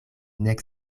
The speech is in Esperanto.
nek